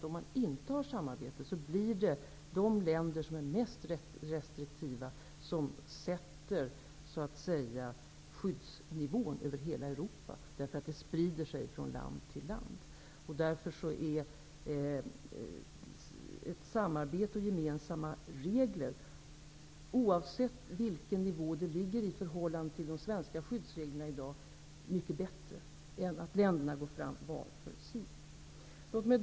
Om man inte har samarbete kommer de länder som är mest restriktiva att sätta skyddsnivån över hela Europa. Den sprider sig från land till land. Därför är ett samarbete och gemensamma regler -- oavsett vilken nivå man hamnar på i förhållande till de svenska skyddsreglerna i dag -- mycket bättre än att länderna går fram var för sig.